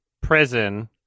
prison